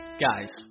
Guys